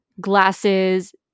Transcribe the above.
glasses